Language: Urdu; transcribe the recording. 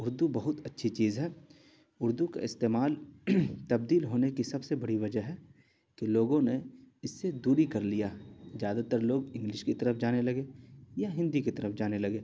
اردو بہت اچھی چیز ہے اردو کا استعمال تبدیل ہونے کی سب سے بڑی وجہ ہے کہ لوگوں نے اس سے دوری کر لیا زیادہ تر لوگ انگلش کی طرف جانے لگے یا ہندی کی طرف جانے لگے